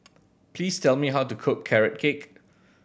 please tell me how to cook Carrot Cake